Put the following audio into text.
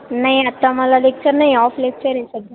नाही आता मला लेक्चर नाही ऑफ लेक्चर आहे सध्या